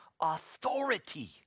authority